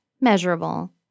measurable